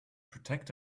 protect